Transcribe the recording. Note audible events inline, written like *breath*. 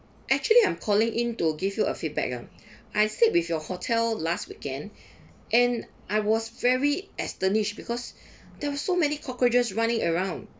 actually I'm calling in to give you a feedback ah *breath* I stayed with your hotel last weekend *breath* and I was very astonished because *breath* there were so many cockroaches running around